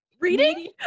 Reading